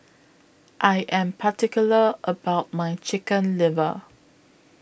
I Am particular about My Chicken Liver